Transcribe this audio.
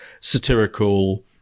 satirical